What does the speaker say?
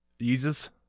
Jesus